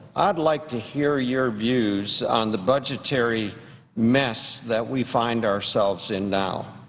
i'd like to hear your views on the budgetary mess that we find ourselves in now.